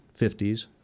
50s